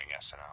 SNL